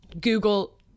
Google